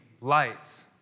light